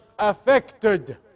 Affected